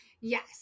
yes